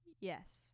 Yes